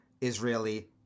Israeli